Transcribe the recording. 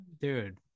dude